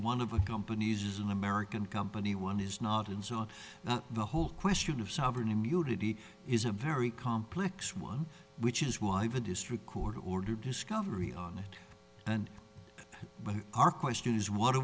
one of our companies is an american company one is not and so on the whole question of sovereign immunity is a very complex one which is why the district court ordered discovery on it and what our question is what